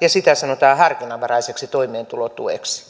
ja sitä sanotaan harkinnanvaraiseksi toimeentulotueksi